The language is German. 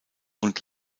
und